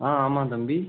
ஆ ஆமாம் தம்பி